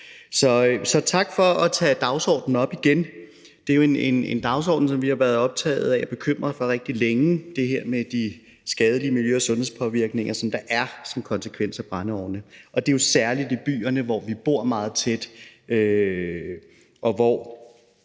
Så tak for at tage dagsordenen op igen. Det er jo en dagsorden, som vi har været optaget af og bekymret over rigtig længe, altså det her med de skadelige miljø- og sundhedsmæssige påvirkninger, som der er som konsekvens af, at folk har brændeovne. Og det er jo særlig i byerne, hvor vi bor meget tæt,